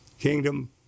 kingdom